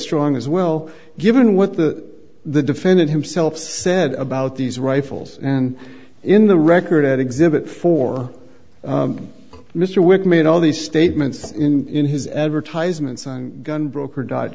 strong as well given what the the defendant himself said about these rifles and in the record at exhibit four mr witt made all these statements in his advertisements on gun broker dot